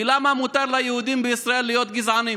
היא למה מותר ליהודים בישראל להיות גזענים.